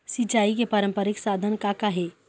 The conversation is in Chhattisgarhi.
सिचाई के पारंपरिक साधन का का हे?